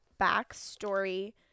backstory